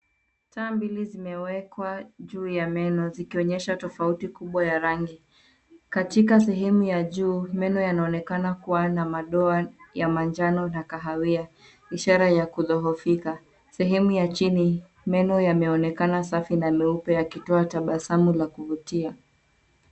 Taa mbili zimewekwa juu ya meno zikionyesha tofauti kubwa ya rangi. Katika sehemu ya juu, meno yanaonekana kuwa na madoa ya manjano na kahawia, ishara ya kudhoofika. Sehemu ya chini, meno yameonekana safi na meupe yakitoa tabasamu ya kuvutia.